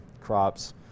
crops